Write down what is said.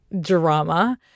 drama